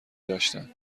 داشتن